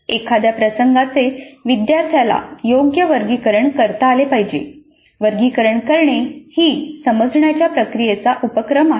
एखाद्या प्रसंगाचे विद्यार्थ्याला योग्य वर्गीकरण करता आले पाहिजे वर्गीकरण करणे ही समजण्याच्या प्रक्रियेचा उपक्रम आहे